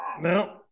No